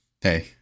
hey